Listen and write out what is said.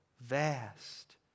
vast